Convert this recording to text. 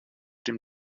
dem